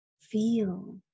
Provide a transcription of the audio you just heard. feel